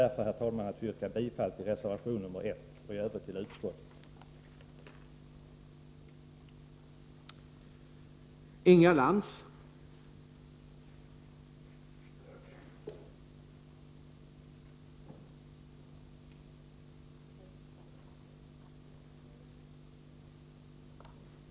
Jag ber, herr talman, att få yrka bifall till reservation nr 1 och i övrigt till utskottets hemställan.